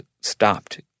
stopped